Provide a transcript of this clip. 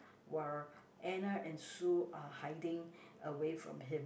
while Anna and Sue are hiding away from him